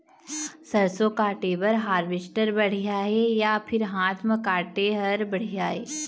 सरसों काटे बर हारवेस्टर बढ़िया हे या फिर हाथ म काटे हर बढ़िया ये?